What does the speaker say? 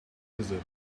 blizzard